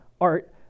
art